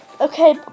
Okay